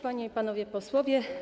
Panie i Panowie Posłowie!